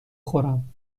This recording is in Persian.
خورم